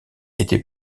était